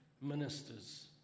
ministers